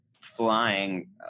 flying